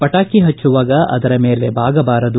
ಪಟಾಕಿ ಹಭ್ವವಾಗ ಅದರ ಮೇಲೆ ಬಾಗಬಾರದು